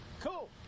Cool